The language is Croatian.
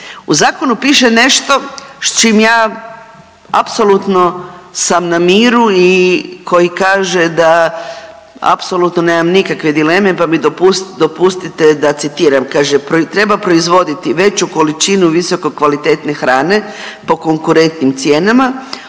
U zakonu piše nešto s čim ja apsolutno sam na miru i koji kaže da apsolutno nemam nikakve dileme, pa mi dopustite da citiram. Kaže treba proizvoditi veću količinu visoko kvalitetne hrane po konkurentnim cijenama,